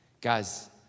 Guys